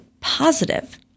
positive